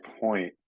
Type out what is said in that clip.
point